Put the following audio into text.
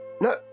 No